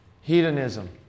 Hedonism